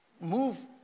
move